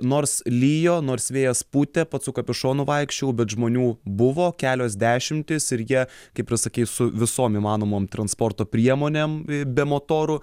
nors lijo nors vėjas pūtė pats su kapišonu vaikščiojau bet žmonių buvo kelios dešimtys ir jie kaip ir sakei su visom įmanomom transporto priemonėm be motorų